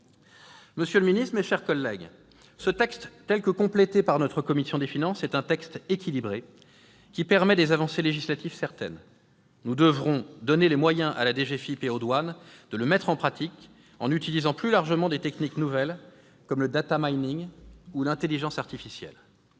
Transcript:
Monsieur le ministre, mes chers collègues, ce texte tel que complété par notre commission des finances est un texte équilibré, qui permet des avancées législatives certaines. Nous devrons donner les moyens à la direction générale des finances publiques, la DGFiP, et aux douanes de le mettre en pratique, en utilisant plus largement des techniques nouvelles, comme le «» ou l'intelligence artificielle.